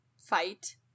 Fight